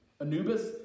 Anubis